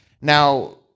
Now